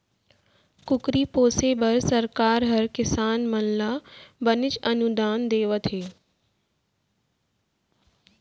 कुकरी पोसे बर सरकार हर किसान मन ल बनेच अनुदान देवत हे